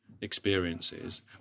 experiences